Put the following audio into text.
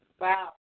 Wow